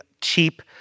cheap